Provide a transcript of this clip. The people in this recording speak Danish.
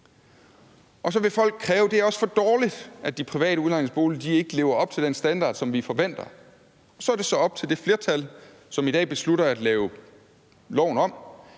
Og så vil folk sige: Det er også for dårligt, at private udlejningsboliger ikke lever op til den standard, som vi forventer. Så er det op til det flertal, som i dag beslutter at lave loven om,